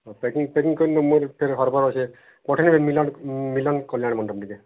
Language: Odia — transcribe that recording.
ପ୍ୟାକିଙ୍ଗ ଫ୍ୟାକିଙ୍ଗ କରି ମୋର ହଡ଼ବଡ଼ ଅଛେ ପଠେଇଦେବେ ମିଲନ ମିଲନ କଲ୍ୟାଣ ମଣ୍ଡପ ଟିକିଏ